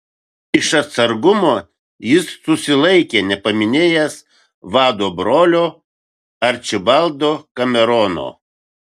iš atsargumo jis susilaikė nepaminėjęs vado brolio arčibaldo kamerono